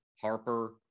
Harper